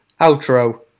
outro